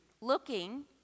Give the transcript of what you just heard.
looking